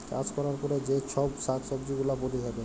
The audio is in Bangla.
চাষ ক্যরার পরে যে চ্ছব শাক সবজি গুলা পরে থাক্যে